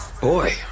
Boy